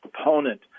opponent